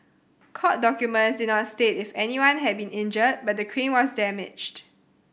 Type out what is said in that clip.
court documents did not state if anyone had been injured but the crane was damaged